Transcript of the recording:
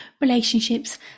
relationships